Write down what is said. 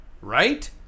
right